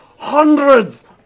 Hundreds